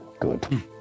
Good